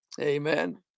Amen